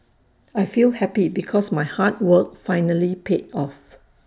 I feel happy because my hard work finally paid off